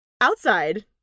Outside